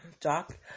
Doc